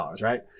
right